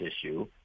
issue